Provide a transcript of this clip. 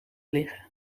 liggen